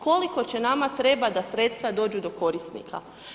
Koliko će nama trebat da sredstva dođu do korisnika?